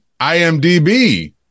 IMDb